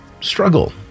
struggle